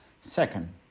Second